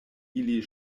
ili